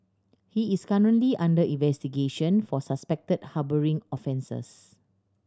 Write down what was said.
he is currently under investigation for suspected harbouring offences